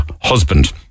husband